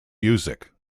music